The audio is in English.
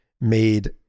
made